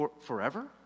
forever